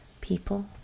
people